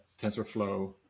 TensorFlow